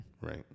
right